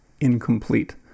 incomplete